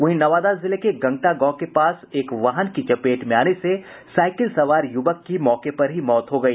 वहीं नवादा जिले के गंगटा गांव के पास एक वाहन की चपेट में आने से साइकिल सवार युवक की मौके पर ही मौत हो गई